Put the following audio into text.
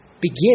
begin